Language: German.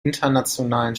internationalen